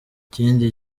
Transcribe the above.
ikindi